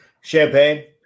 Champagne